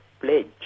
pledge